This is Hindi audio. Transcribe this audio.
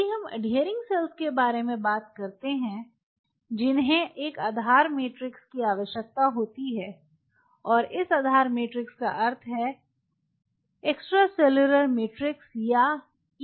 यदि हम अडहियरिंग सेल्स के बारे में बात करते हैं जिन्हें एक आधार मैट्रिक्स की आवश्यकता होती है और इस आधार मैट्रिक्स का अर्थ है एक्स्ट्रासेलुलर मैट्रिक्स या ईसीएम